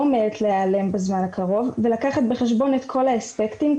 עומדת להיעלם בזמן הקרוב ולקחת בחשבון את כל האספקטים,